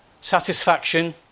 Satisfaction